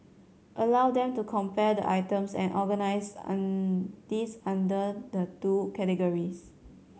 allow them to compare items and organise these under the two categories